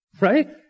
right